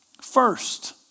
First